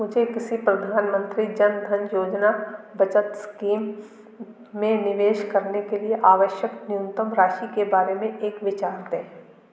मुझे किसी प्रधानमंत्री जन धन योजना बचत स्कीम में निवेश करने के लिए आवश्यक न्यूनतम राशि के बारे में एक विचार दें